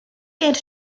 and